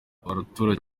abaturage